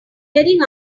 heading